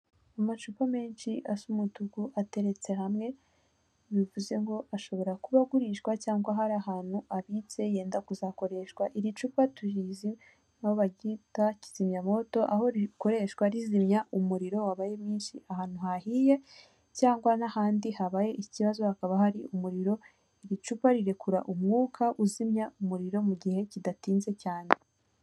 Amacupa menshi asa umutuku ateretse hamwe bivuze ngo ashobora kuba agurishwa cyangwa hari ahantu abitse yenda kuzakoreshwa iri cupa turizi aho baryita kizimyamoto aho rikoreshwa rizimya umuriro wabaye mwinshi ahantu hahiye cyangwa n'ahandi habaye ikibazo hakaba hari umuriro, iri cupa rirekura umwuka uzimya umuriro mu gihe kidatinze cyane.